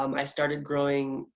um i started growing,